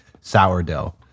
sourdough